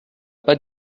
pas